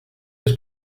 his